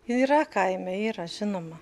yra kaime yra žinoma